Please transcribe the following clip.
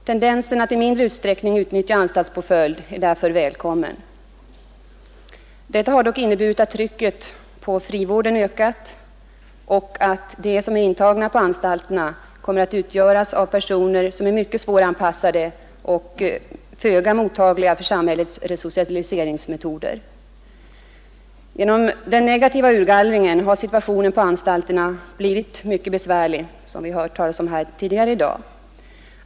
Tendensen att i mindre utsträckning utnyttja anstaltspåföljd är därför välkommen. Detta har dock inneburit att trycket på frivården ökat och att de som är intagna på anstalterna kommer att utgöras av personer som är mycket svåranpassade och föga mottagliga för samhällets resocialiseringsmetoder. Genom den negativa urgallringen har situationen på anstalterna blivit mycket besvärlig, som vi har hört talas om här tidigare i dag.